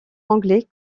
anglais